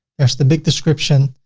there's the big description.